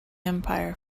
empire